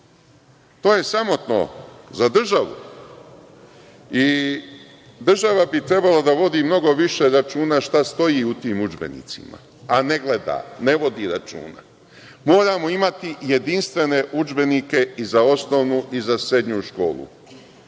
je sramotno za državu i država bi trebalo da vodi mnogo više računa šta stoji u tom udžbenicima, a ne gleda, ne vodi računa. Moramo imati jedinstvene udžbenike i za osnovnu i za srednju školu,